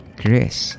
Chris